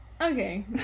okay